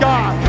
God